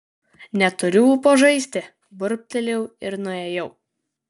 neturiu ūpo žaisti burbtelėjau ir nuėjau